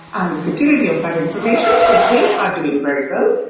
and the security of that information, so they are doing very well.